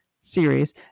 series